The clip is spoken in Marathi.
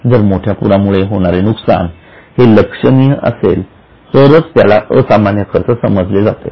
जर मोठ्या पुरा मुळे होणारे नुकसान हे लक्षणीय असेल तर त्याला असामान्य खर्च समजले जाते